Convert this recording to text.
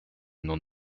non